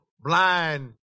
blind